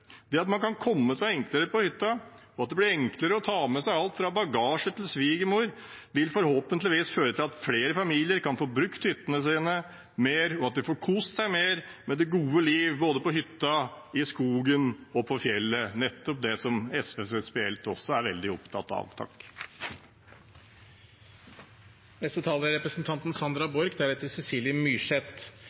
Det at man kan komme seg enklere på hytta, og at det blir enklere å ta med seg alt fra bagasje til svigermor, vil forhåpentligvis føre til at flere familier kan få brukt hyttene sine mer, og at de får kost seg mer med det gode liv, både på hytta, i skogen og på fjellet – nettopp det som SV prinsipielt også er veldig opptatt av. Presidenten vil forsiktig antyde at det meste kanskje snart er